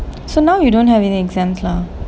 so now you don't have any exams lah